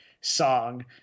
song